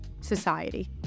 society